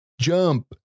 jump